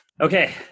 Okay